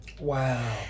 Wow